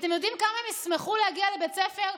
אתם יודעים כמה הם ישמחו להגיע לבית ספר,